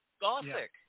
Gothic